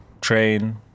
train